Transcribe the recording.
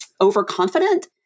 overconfident